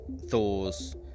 Thor's